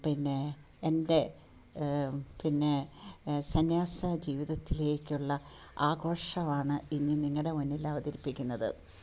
പിന്നെ എൻ്റെ പിന്നെ സന്യാസ ജീവിതത്തിലേക്കുള്ള ആഘോഷമാണ് ഇനി നിങ്ങളുടെ മുന്നിൽ അവതരിപ്പിക്കുന്നത്